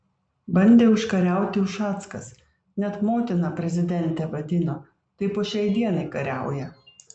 bandė užkariauti ušackas net motina prezidentę vadino tai po šiai dienai kariauja